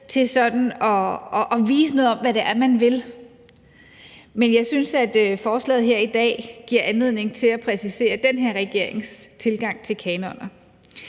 at vise noget om, hvad det er, man vil, men jeg synes, at forslaget her i dag giver anledning til at præcisere den her regerings tilgang til kanoner.